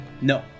No